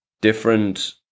different